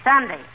Sunday